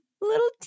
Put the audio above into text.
Little